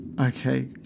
Okay